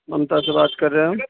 ممتا سے بات کر رہے ہیں